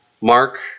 Mark